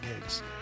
Gigs